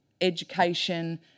education